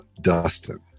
Dustin